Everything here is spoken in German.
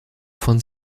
von